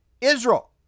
Israel